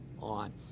on